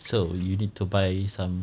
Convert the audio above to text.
so you need to buy some